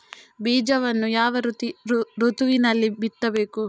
ಬೀಜವನ್ನು ಯಾವ ಋತುವಿನಲ್ಲಿ ಬಿತ್ತಬೇಕು?